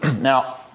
Now